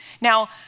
Now